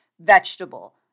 vegetable